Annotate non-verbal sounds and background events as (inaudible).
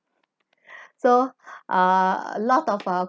(laughs) so err a lot of uh